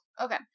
Okay